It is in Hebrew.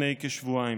לפני כשבועיים.